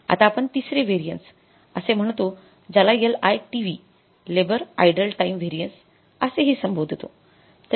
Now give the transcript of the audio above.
आता आपण तिसरे व्हेरिएन्स असे म्हणतो ज्याला LITV labour idle time variance असे हि संबोधतो